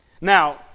Now